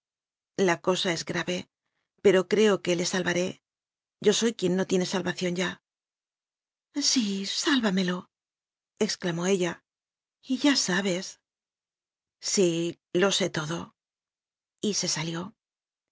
la cosa es grave pero creo que le sal varé yo soy quien no tiene salvación ya sí sálvamelo exclamó ella y ya sabes sí lo sé todo y se salió